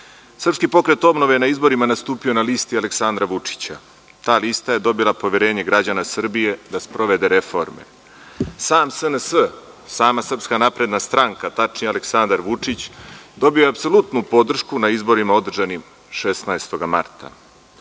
koleginice, SPO je na izborima nastupio na listi Aleksandra Vučića. Ta lista je dobila poverenje građana Srbije da sprovede reforme. Sam SNS, sama Srpska napredna stranka, tačnije Aleksandar Vučić, dobio je apsolutnu podršku na izborima održanim 16. marta.